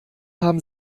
haben